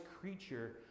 creature